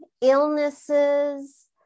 illnesses